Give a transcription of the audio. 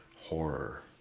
horror